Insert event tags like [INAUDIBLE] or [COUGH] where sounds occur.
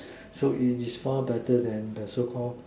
[NOISE] so it is far better then the so Call